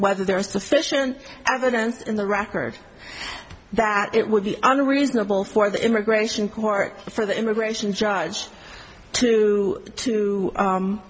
whether there is sufficient evidence in the record that it would be unreasonable for the immigration court for the immigration judge to to